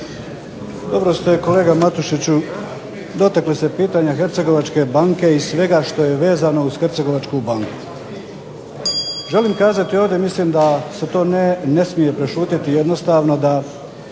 Dobro ste kolega Matušiću, dotakli ste pitanje Hercegovačke banke i svega što je vezano uz Hercegovačku banku. Želim kazati ovdje, mislim da se to ne smije prešutjeti jednostavno da,